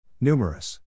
Numerous